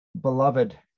beloved